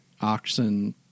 oxen